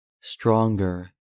stronger